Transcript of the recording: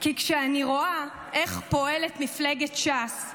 כי כשאני רואה איך פועלת מפלגת ש"ס,